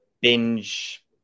binge